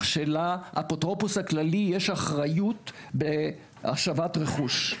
שלאפוטרופוס הכללי יש אחריות בהשבת רכוש.